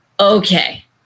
Okay